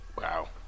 Wow